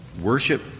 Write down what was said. worship